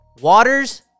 waters